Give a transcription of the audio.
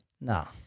No